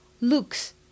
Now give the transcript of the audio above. Look's